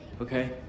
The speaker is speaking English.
okay